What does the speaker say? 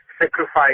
sacrifice